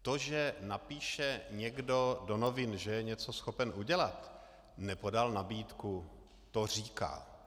To, že napíše někdo do novin, že je něco schopen udělat, nepodal nabídku, to říká.